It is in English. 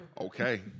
Okay